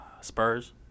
Spurs